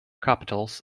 capitals